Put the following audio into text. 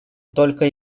только